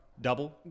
double